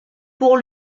pour